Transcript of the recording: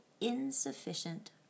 insufficient